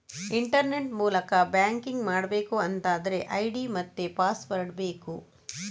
internet ಮೂಲಕ banking ಮಾಡ್ಬೇಕು ಅಂತಾದ್ರೆ ಐಡಿ ಮತ್ತೆ ಪಾಸ್ವರ್ಡ್ ಬೇಕು